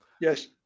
yes